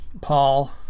Paul